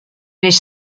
les